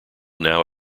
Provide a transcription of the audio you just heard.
now